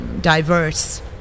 diverse